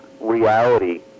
reality